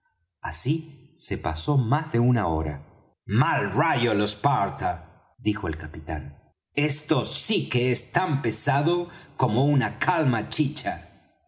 así se pasó más de una hora mal rayo los parta dijo el capitán esto sí que es tan pesado como una